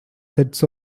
sets